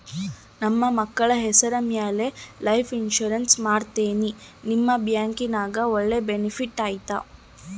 ನನ್ನ ಮಕ್ಕಳ ಹೆಸರ ಮ್ಯಾಲೆ ಲೈಫ್ ಇನ್ಸೂರೆನ್ಸ್ ಮಾಡತೇನಿ ನಿಮ್ಮ ಬ್ಯಾಂಕಿನ್ಯಾಗ ಒಳ್ಳೆ ಬೆನಿಫಿಟ್ ಐತಾ?